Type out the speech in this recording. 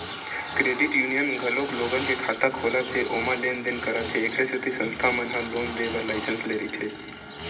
credit union घलोक लोगन के खाता खोलत हे ओमा लेन देन करत हे एखरे सेती संस्था मन ह लोन देय बर लाइसेंस लेय रहिथे